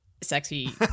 Sexy